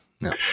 No